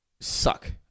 suck